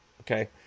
Okay